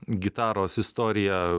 gitaros istoriją